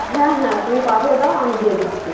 হ্যাঁ হ্যাঁ তুমি পাঠিয়ে দাও আমি দিয়ে দিচ্ছি